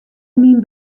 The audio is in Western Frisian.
myn